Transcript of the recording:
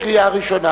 לקריאה ראשונה.